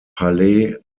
palais